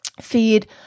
feed